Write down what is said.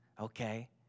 okay